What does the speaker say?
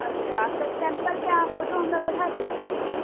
अच्छा एकर सैम्पलके अहाँ फोटो हमरा पठा सकैत छी